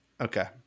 Okay